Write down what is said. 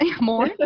more